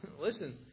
Listen